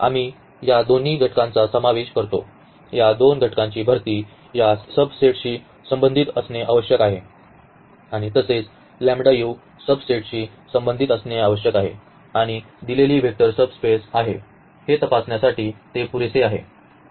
आम्ही या दोन्ही घटकांचा समावेश करतो या दोन घटकांची भरती या सबसेटशी संबंधित असणे आवश्यक आहे आणि तसेच या सबसेटशी संबंधित असणे आवश्यक आहे आणि दिलेली वेक्टर स्पेस सबस्पेसेस आहे हे तपासण्यासाठी ते पुरेसे आहे